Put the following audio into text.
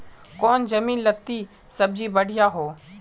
कौन जमीन लत्ती सब्जी बढ़िया हों?